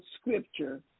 scripture